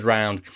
round